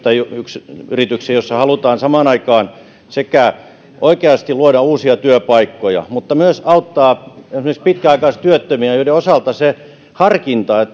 ja sillä halutaan samaan aikaan sekä oikeasti luoda uusia työpaikkoja mutta myös auttaa esimerkiksi pitkäaikaistyöttömiä joiden osalta se harkinta